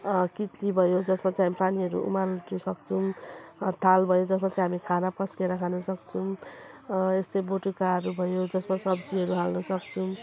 कितली भयो जसमा चाहिँ हामी पानीहरू उमाल्नसक्छौँ अब थाल भयो जसमा चाहिँ हामी खाना पस्केर खानसक्छौँ यस्तै बटुकाहरू भयो जसमा सब्जीहरू हाल्नसक्छौँ